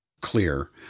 clear